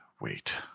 wait